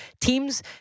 teams